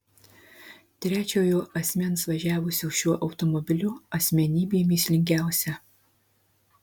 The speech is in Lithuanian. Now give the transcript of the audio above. trečiojo asmens važiavusio šiuo automobiliu asmenybė mįslingiausia